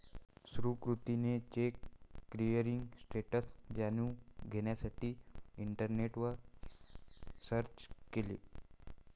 सुकृतीने cheque clearing status जाणून घेण्यासाठी इंटरनेटवर सर्च केले